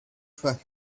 trust